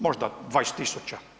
Možda 20 000.